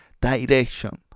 direction